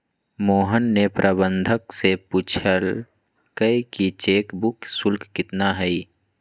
मोहन ने प्रबंधक से पूछल कई कि चेक बुक शुल्क कितना हई?